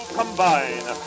combine